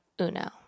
uno